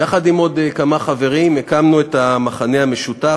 יחד עם עוד כמה חברים, הקמנו את "המחנה המשותף",